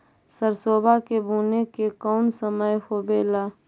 सरसोबा के बुने के कौन समय होबे ला?